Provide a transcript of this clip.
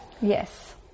yes